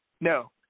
No